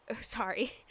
Sorry